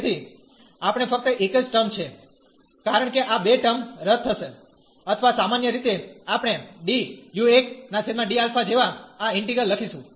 તેથી આપણે ફક્ત એક જ ટર્મ છે કારણ કે આ બે ટર્મ રદ થશે અથવા સામાન્ય રીતે આપણે જેવા આ ઈન્ટિગ્રલ લખીશું